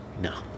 No